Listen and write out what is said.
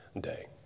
day